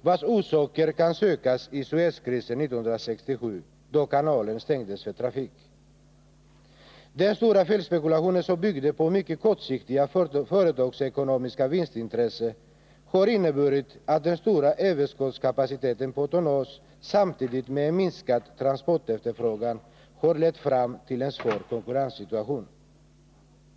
vars orsaker kan sökas i Suezkrisen 1967, då kanalen stängdes för trafik. Denna stora felspekulation, som byggde på mycket kortsiktiga företagsekonomiska vinstintressen, har inneburit att den stora överskottskapaciteten på tonnage samtidigt med en minskad transportefterfrågan har lett fram till en svår konkurrenssituation.